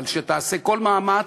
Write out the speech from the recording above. אבל שתעשה כל מאמץ,